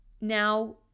Now